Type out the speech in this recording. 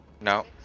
No